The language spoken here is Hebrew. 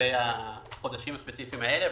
לגבי החודשים הספציפיים האלה,